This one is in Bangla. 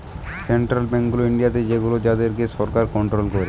সেন্ট্রাল বেঙ্ক গুলা ইন্ডিয়াতে সেগুলো যাদের কে সরকার কন্ট্রোল করে